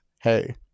Hey